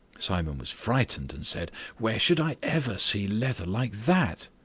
simon was frightened, and said, where should i ever see leather like that?